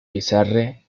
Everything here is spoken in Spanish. bizarre